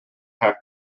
half